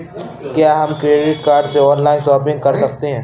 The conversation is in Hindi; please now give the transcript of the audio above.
क्या हम क्रेडिट कार्ड से ऑनलाइन शॉपिंग कर सकते हैं?